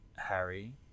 Harry